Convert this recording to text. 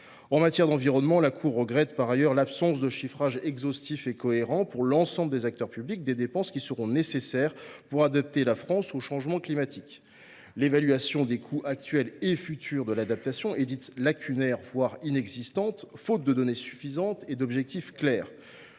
En matière d’environnement, la Cour regrette, par ailleurs, « l’absence de chiffrages exhaustifs et cohérents pour l’ensemble des acteurs publics » des dépenses qui seront nécessaires pour adapter la France au changement climatique. L’évaluation des coûts actuels et futurs de l’adaptation est dite « lacunaire », voire « inexistante », faute de données suffisantes et d’objectifs clairs.